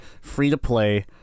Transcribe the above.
free-to-play